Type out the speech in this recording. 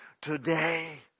today